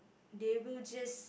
they will just